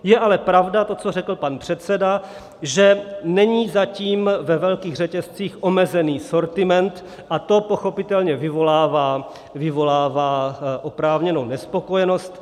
Je ale pravda to, co řekl pan předseda, že není zatím ve velkých řetězcích omezený sortiment, a to pochopitelně vyvolává oprávněnou nespokojenost.